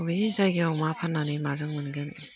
बबे जायगायाव मा फाननानै माजों मोनगोन